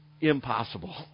impossible